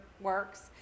works